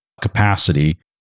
capacity